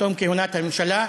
בתום כהונת הממשלה,